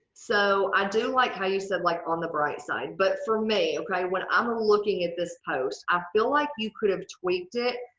so i do like how you said like on the bright side but for me okay when i'm looking at this post, i feel like you could have tweaked it.